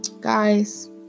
guys